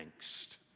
angst